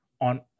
on